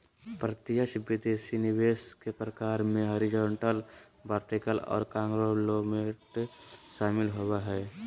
प्रत्यक्ष विदेशी निवेश के प्रकार मे हॉरिजॉन्टल, वर्टिकल आर कांगलोमोरेट शामिल होबो हय